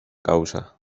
causa